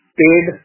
paid